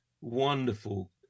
wonderful